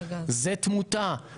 זה תמותה,